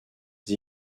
the